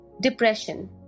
depression